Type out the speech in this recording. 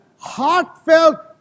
Heartfelt